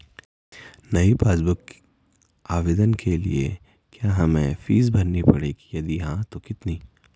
नयी passbook book आवेदन के लिए क्या हमें फीस भरनी पड़ेगी यदि हाँ तो कितनी?